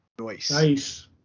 Nice